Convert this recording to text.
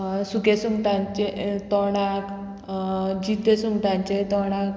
सुकें सुंगटांचे तोंडाक जितें सुंगटांचे तोंडाक